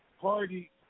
party